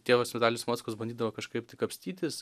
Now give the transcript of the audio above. tėvas vitalijus mockus bandydavo kažkaip tai kapstytis